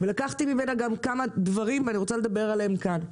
ולקחתי ממנה כמה דברים ואני רוצה לדבר עליהם כאן: